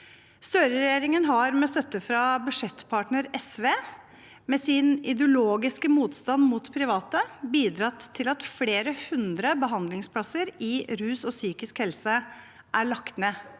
Støre-regjeringen har, med støtte fra budsjettpartner SV, med sin ideologiske motstand mot private, bidratt til at flere hundre behandlingsplasser innenfor rus og psykisk helse er lagt ned.